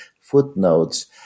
footnotes